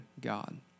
God